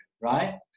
right